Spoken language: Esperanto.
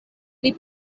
pli